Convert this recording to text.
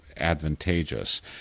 advantageous